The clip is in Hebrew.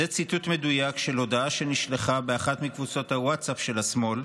זה ציטוט מדויק של הודעה שנשלחה באחת מקבוצות הווטסאפ של השמאל,